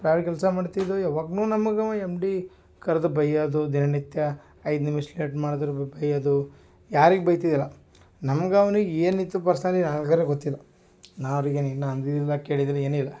ಕೆಲಸ ಮಾಡ್ತಿದ್ವು ಯಾವಾಗ್ನು ನಮ್ಗೆ ಅವ ಎಮ್ ಡಿ ಕರ್ದು ಬೈಯೋದು ದಿನ ನಿತ್ಯ ಐದು ನಿಮಿಷ ಲೇಟ್ ಮಾಡಿದ್ರು ಬೈಯೋದು ಯಾರಿಗೆ ಬೈತೀದಿಲ ನಮ್ಗೆ ಅವ್ನಿಗೆ ಏನಿತ್ತು ಪರ್ಸನ್ಲಿ ನನ್ಗರೆ ಗೊತ್ತಿಲ್ಲ ನಾ ಅವ್ರಿಗೇನು ಇನ್ನು ಅಂದಿದಿಲ್ಲ ಕೇಳಿದೀನಿ ಏನಿಲ್ಲ